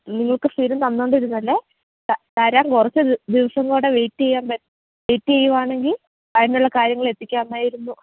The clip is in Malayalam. നിങ്ങൾക്കു സ്ഥിരം തന്നുകൊണ്ട് ഇരുന്നതല്ലേ തരാം കുറച്ചു ദിവസം കൂടെ വെയിറ്റ് ചെയ്യാൻ പറ്റുമോ വെയിറ്റ് ചെയ്യുവാണെങ്കിൽ അതിനുള്ള കാര്യങ്ങൾ എത്തിക്കാമായിരുന്നു